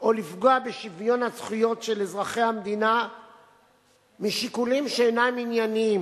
או לפגוע בשוויון הזכויות של אזרחי המדינה משיקולים שאינם ענייניים,